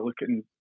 looking